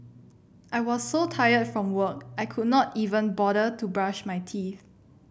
I was so tired from work I could not even bother to brush my teeth